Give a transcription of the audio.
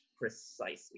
precisely